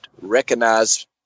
recognize